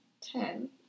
Ten